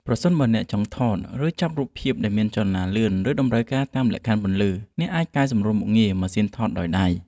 ប្រសិនបើអ្នកចង់ថត ឬចាប់រូបភាពដែលមានចលនាលឿន ឬតម្រូវការតាមលក្ខខណ្ឌពន្លឺ អ្នកអាចកែសម្រួលមុខងារ ម៉ាស៊ីនថតរូបដោយដៃ។